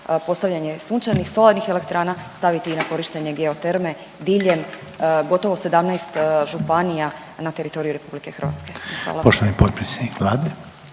postavljanje sunčanih i solarnih elektrana staviti i na korištenje geoterme diljem gotovo 17 županija na teritoriju RH, hvala. **Reiner, Željko (HDZ)** Poštovani potpredsjednik Vlade.